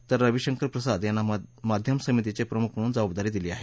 तर रविशंकर प्रसाद यांना माध्यम समितीचे प्रमुख म्हणून जबाबदारी दिली आहे